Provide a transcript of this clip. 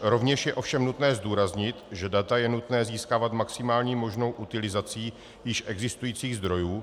Rovněž je ovšem nutné zdůraznit, že data je nutné získávat maximální možnou utilizací již existujících zdrojů.